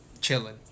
chilling